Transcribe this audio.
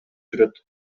жүрөт